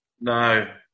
No